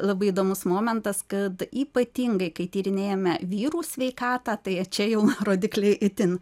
labai įdomus momentas kad ypatingai kai tyrinėjame vyrų sveikatą tai čia jau rodikliai itin